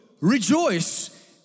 Rejoice